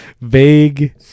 vague